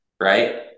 right